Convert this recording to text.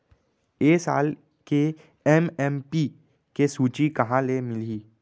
ए साल के एम.एस.पी के सूची कहाँ ले मिलही?